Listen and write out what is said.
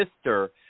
sister